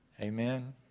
Amen